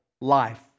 life